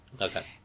Okay